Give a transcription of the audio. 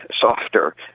softer